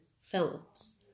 films